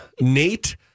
Nate